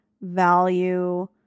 value